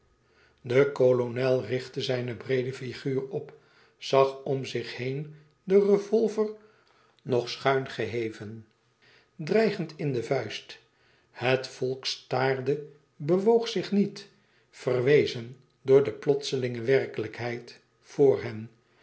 de kolonel richtte zijne breede figuur op zag om zich heen den revolver nog schuin geheven dreigend in de vuist het volk staarde bewoog zich niet verwezen door de plotselinge werkelijkheid vr hen